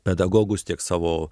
pedagogus tiek savo